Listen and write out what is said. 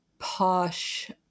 Posh